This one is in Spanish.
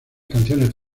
canciones